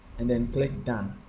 and then click done.